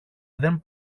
δεν